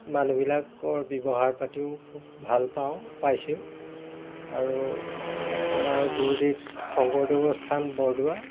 মানুহবিলাকৰ ব্যৱহাৰ পাতিও খুব ভাল পাওঁ পাইছোঁ আৰু আমাৰ গুৰুদেৱ শংকৰদেৱৰ স্থান বৰদোৱা